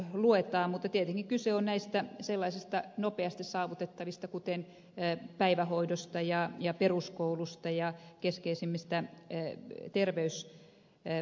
mutta tietenkin kyse on näistä sellaisista nopeasti saavutettavista kuten päivähoidosta ja peruskoulusta ja keskeisimmistä terveyspalveluista